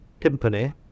timpani